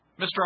Mr